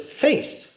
faith